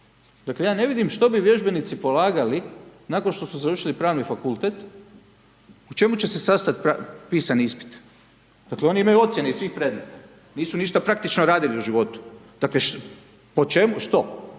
Dakle, ja ne vidim što bi vježbenici polagali, nakon što su završili pravni fakultet, u čemu će se sastati pisani ispit. Dakle, oni imaju ocijene iz svih predmeta, nisu ništa praktično radili u životu. Dakle, po čemu, što?